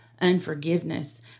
unforgiveness